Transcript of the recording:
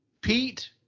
Pete